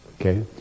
Okay